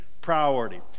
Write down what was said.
priority